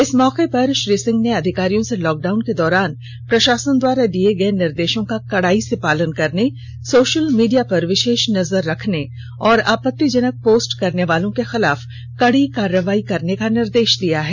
इस मौक पर श्री सिंह ने अधिकारियों से लॉक डाउन के दौरान प्रषासन द्वारा दिये गये निर्देषों का कड़ाई से पालन करने सोषल मीडिया पर विषेष नजर रखने और आपत्तिजनक पोस्ट करनेवालों के खिलाफ कड़ी कार्रवाई करने का निर्देष दिया है